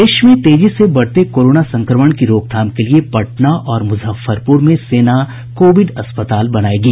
प्रदेश में तेजी से बढ़ते कोरोना संक्रमण की रोकथाम के लिए पटना और मुजफ्फरपुर में सेना कोविड अस्पताल बनायेगी